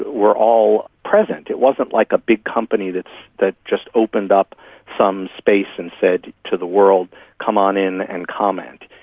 were all present. it was like a big company that that just opened up some space and said to the world come on in and comment.